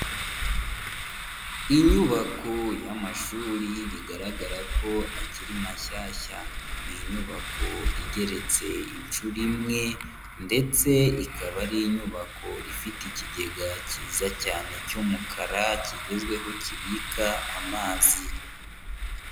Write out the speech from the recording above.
Inyubako y'amashuri bigaragara ko akiri mashyashya. Ni inyubako igeretse inshuro imwe ndetse ikaba ari inyubako ifite ikigega cyiza cyane cy'umukara, kigezweho kibika amazi.